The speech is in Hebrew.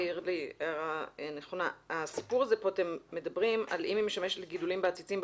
אתם מדברים על אם היא משמשת לגידולים בעציצים,